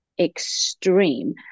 extreme